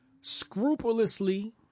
scrupulously